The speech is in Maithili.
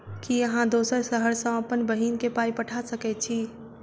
की अहाँ दोसर शहर सँ अप्पन बहिन केँ पाई पठा सकैत छी?